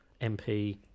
MP